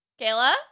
Kayla